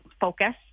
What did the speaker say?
focus